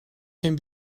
can